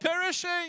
perishing